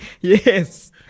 Yes